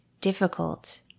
difficult